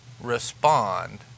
respond